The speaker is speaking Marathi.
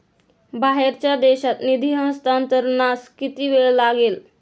बाहेरच्या देशात निधी हस्तांतरणास किती वेळ लागेल?